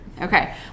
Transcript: Okay